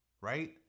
Right